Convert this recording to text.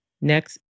Next